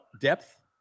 depth